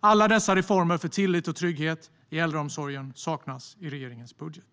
Alla dessa reformer för tillit och trygghet i äldreomsorgen saknas i regeringens budget.